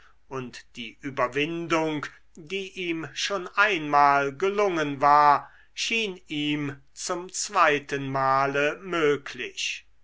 und die überwindung die ihm schon einmal gelungen war schien ihm zum zweiten male möglich